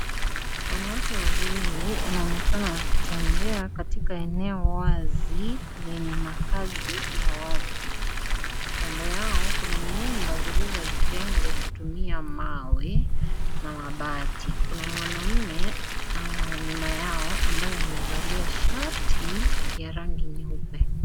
Wanawake wawili wanonekana wakitembea katika eneo wazi lenye makaazi ya watu. Kando yao kuna nyumba zilizojengwa kutumia mawe na mabati. Kuna mwanaume nyuma yao ambaye amevalia shati ya rangi nyeupe.